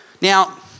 Now